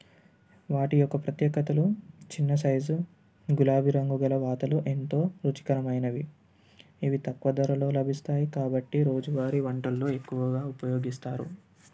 వాటి యొక్క ప్రత్యేకతలు చిన్న సైజు గులాబీ రంగు గల వాతలు ఎంతో రుచికరమైనవి ఇవి తక్కువ ధరలో లభిస్తాయి కాబట్టి రోజువారీ వంటలలో ఎక్కువగా ఉపయోగిస్తారు